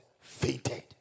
fainted